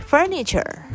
Furniture 。